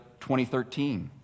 2013